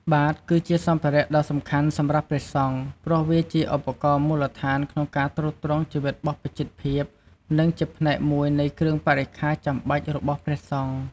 បាតគឺជាសម្ភារៈដ៏សំខាន់សម្រាប់ព្រះសង្ឃ ព្រោះវាជាឧបករណ៍មូលដ្ឋានក្នុងការទ្រទ្រង់ជីវិតបព្វជិតភាព និងជាផ្នែកមួយនៃគ្រឿងបរិក្ខារចាំបាច់របស់ព្រះសង្ឃ។